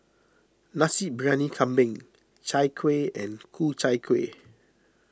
Nasi Briyani Kambing Chai Kuih and Ku Chai Kueh